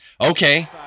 okay